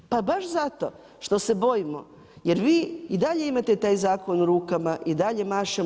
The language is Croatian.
Pa baš zato što se bojimo, jer vi i dalje imate taj zakon u rukama, i dalje mašemo.